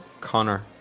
Connor